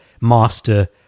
master